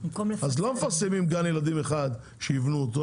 אז לא מפרסמים גן ילדים אחד שיבנו אותו,